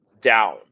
down